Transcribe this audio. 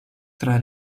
tra